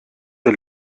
der